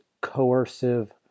coercive